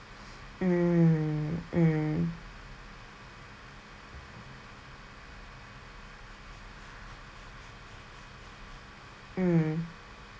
mm mm mm